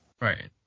Right